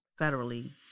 federally